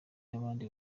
y’abandi